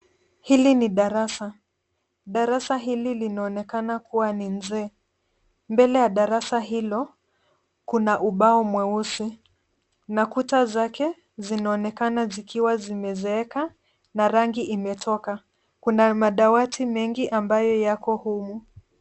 Hili ni darasa. Darasa hili linaonekana kuwa ni zee. Mbele ya darasa hilo kuna ubao mweusi na kuta zake zinaonekana zikiwa zimezeeka na rangi imetoka. Kuna madawati mengi ambayo yako humu.